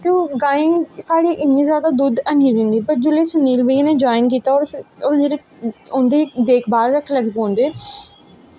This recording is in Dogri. ते ओ् गायें साढ़ी इन्नी जीदी दुध्द ऐनी हियां दिंदियां पर जिसलै सुनील भाईया नै जवाईन कीता ओह् उंदा देखभाल रक्खन लगी पौंदे